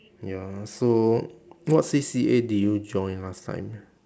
ya so what C_C_A did you join last time